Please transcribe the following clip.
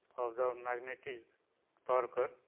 of the magnetic torque. ah